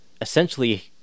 essentially